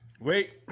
wait